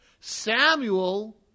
Samuel